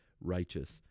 righteous